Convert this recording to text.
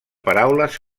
paraules